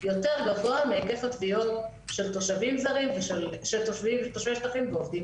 יותר גבוה מהיקף התביעות של תושבי השטחים ועובדים